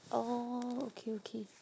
orh okay okay